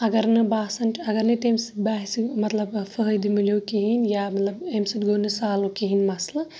اگر نہٕ باسان چھُ اَگَر نہٕ تمِس باسہِ مَطلَب فٲیدٕ مِلیو کِہِنۍ یا مَطلَب امہ سۭتۍ گو نہٕ سواو کِہِنۍ مَسلہٕ